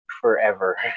forever